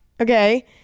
Okay